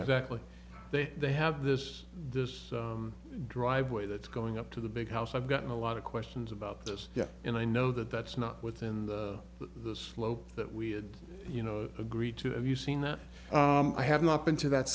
exactly they they have this this driveway that's going up to the big house i've gotten a lot of questions about this and i know that that's not within the slope that we had you know agreed to have you seen that i have not been to that